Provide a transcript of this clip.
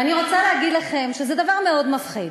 ואני רוצה להגיד לכם שזה דבר מאוד מפחיד.